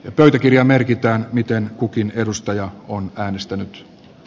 pöytäkirjaan merkitään miten kukin edustaja on käynnistänyt